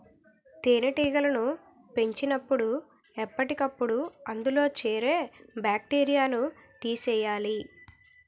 తేనెటీగలను పెంచినపుడు ఎప్పటికప్పుడు అందులో చేరే బాక్టీరియాను తీసియ్యాలి